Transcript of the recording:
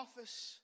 office